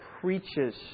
preaches